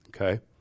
okay